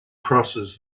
crosses